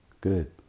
Good